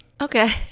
okay